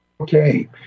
Okay